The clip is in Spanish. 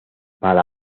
para